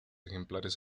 ejemplares